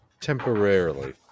temporarily